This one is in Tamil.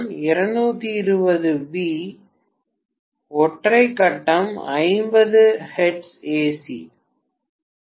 நான் 220 வி ஒற்றை கட்டம் 50 ஹெர்ட்ஸ் ஏ